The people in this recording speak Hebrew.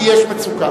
כי יש מצוקה.